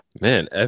man